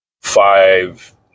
five